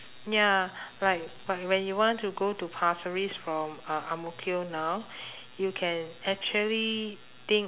ya like like when you want to go to pasir ris from uh ang mo kio now you can actually think